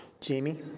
Jamie